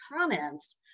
comments